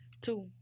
Two